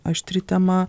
aštri tema